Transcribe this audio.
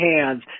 hands